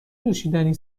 نوشیدنی